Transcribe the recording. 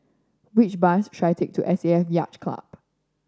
which bus should I take to S A F Yacht Club